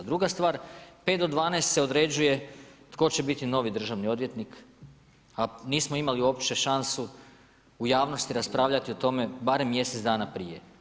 Druga stvar, 5 do 12 se određuje tko će biti novi državni odvjetnik, a nismo imali uopće šansu u javnosti raspravljati o tome, barem mjesec dana prije.